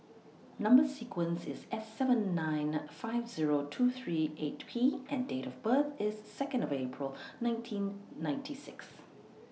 Number sequence IS S seven nine five Zero two three eight P and Date of birth IS Second of April nineteen ninety six